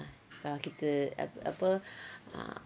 kita apa apa